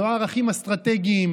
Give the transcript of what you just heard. לא ערכים אסטרטגיים,